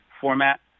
format